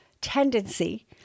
tendency